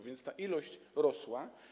A więc ta ilość rosła.